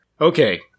Okay